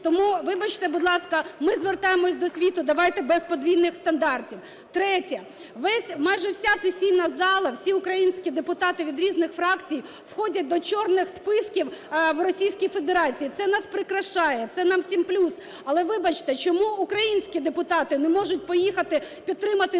Тому вибачте, будь ласка, ми звертаємося до світу: давайте без подвійних стандартів. Третє. Майже вся сесійна зала, всі українські депутати від різних фракцій входять до чорних списків у Російській Федерації. Це нас прикрашає, це нам всім плюс. Але вибачте, чому українські депутати не можуть поїхати підтримати на